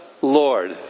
Lord